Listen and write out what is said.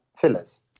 fillers